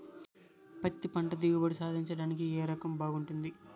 పత్తి పంట దిగుబడి సాధించడానికి ఏ రకం బాగుంటుంది?